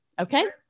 Okay